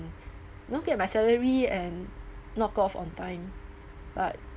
you know get my salary and knock off on time but